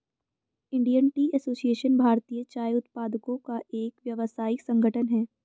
Indian tea association भारतीय चाय उत्पादकों का एक व्यावसायिक संगठन है